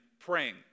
praying